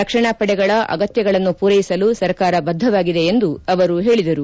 ರಕ್ಷಣಾ ಪಡೆಗಳ ಅಗತ್ನಗಳನ್ನು ಪೂರೈಸಲು ಸರ್ಕಾರ ಬದ್ಧವಾಗಿದೆ ಎಂದು ಹೇಳಿದರು